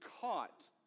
caught